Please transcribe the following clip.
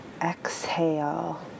Exhale